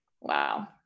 Wow